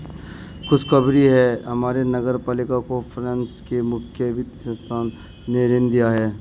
खुशखबरी है हमारे नगर पालिका को फ्रांस के मुख्य वित्त संस्थान ने ऋण दिया है